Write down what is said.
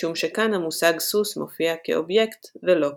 משום שכאן המושג סוס מופיע כאובייקט, ולא כמושג.